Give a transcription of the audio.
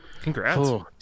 Congrats